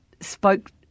spoke